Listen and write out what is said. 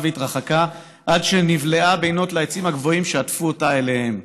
והתרחקה עד שנבלעה בינות לעצים הגבוהים שעטפו אותה אליהם.